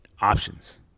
options